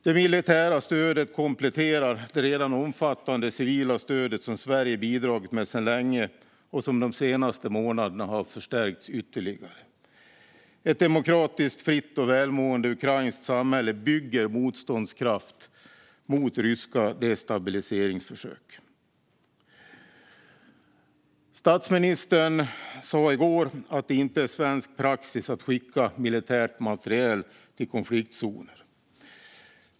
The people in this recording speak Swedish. Det militära stödet kompletterar det redan omfattande civila stöd som Sverige har bidragit med sedan länge och som de senaste månaderna har förstärkts ytterligare. Ett demokratiskt, fritt och välmående ukrainskt samhälle bygger motståndskraft mot ryska destabiliseringsförsök. Statsministern sa i går att det inte är svensk praxis att skicka militär materiel till konfliktzoner.